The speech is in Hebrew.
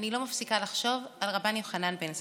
אני לא מפסיקה לחשוב על רבן יוחנן בן זכאי,